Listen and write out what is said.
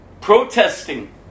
Protesting